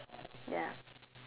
ya